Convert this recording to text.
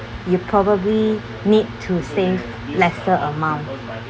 you probably need to save lesser amount